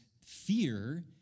fear